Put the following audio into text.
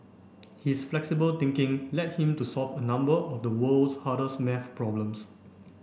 his flexible thinking led him to solve a number of the world's hardest maths problems